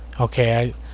Okay